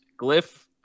Glyph